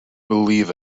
believe